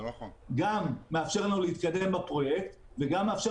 זה מאפשר לנו גם להתקדם עם הפרויקט וגם מאפשר